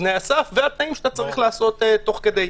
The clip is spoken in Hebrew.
והתנאים שאתה צריך לעשות תוך כדי.